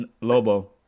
Lobo